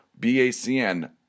BACN